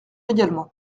également